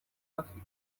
afite